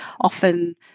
often